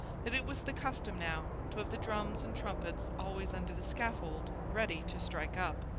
that it was the custom now, to have the drums and trumpets always under the scaffold, ready to strike up.